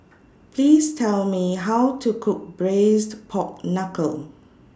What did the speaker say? Please Tell Me How to Cook Braised Pork Knuckle